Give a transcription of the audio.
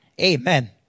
Amen